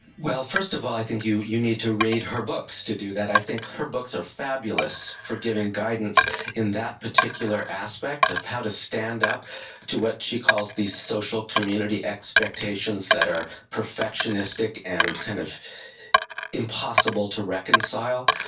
well, first of all i think you you need to read her books to do that. i think her books are fabulous for giving guidance in that particular aspect of how to stand up to what she calls the social community expectations that are perfectionistic and kind of impossible to reconcile.